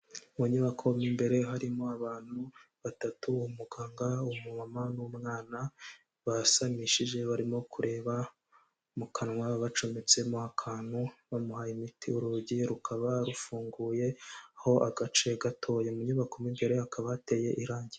Mu nyubako mwo imbere harimo abantu batatu, umuganga, umumama n'umwana basamishije barimo kureba mu kanwa, bacometsemo akantu bamuhaye imiti; urugi rukaba rufunguyeho agace gatoya. Mu nyubako mwo imbere hakaba hateye irangi.